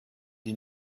die